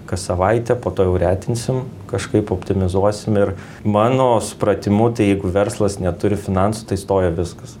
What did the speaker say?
kas savaitę po to jau retinsim kažkaip optimizuosim ir mano supratimu tai jeigu verslas neturi finansų tai stoja viskas